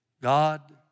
God